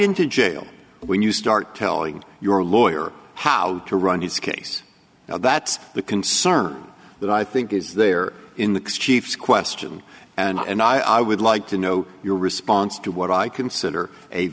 into jail when you start telling your lawyer how to run his case now that's the concern that i think is there in the chief question and i would like to know your response to what i consider a